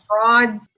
broad